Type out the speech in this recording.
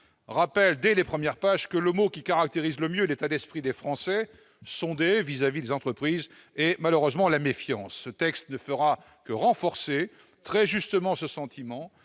remis au Gouvernement, que le mot qui caractérise le mieux l'état d'esprit des Français sondés vis-à-vis des entreprises est malheureusement la méfiance. Ce texte ne fera que renforcer ce sentiment,